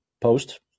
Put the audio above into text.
Post